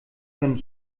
können